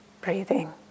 breathing